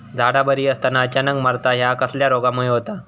झाडा बरी असताना अचानक मरता हया कसल्या रोगामुळे होता?